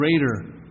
greater